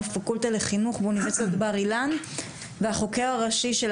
בפקולטה לחינוך באוניברסיטת בר אילן והחוקר הראשי של